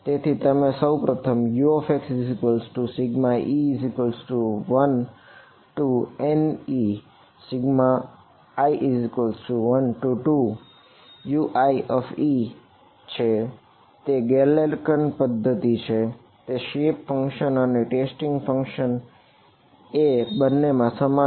તેથી સૌ પ્રથમ Uxe1Nei12Uie છે તે ગેલેર્કીન એ બંને સમાન છે